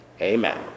Amen